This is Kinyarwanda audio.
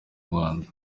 rwanda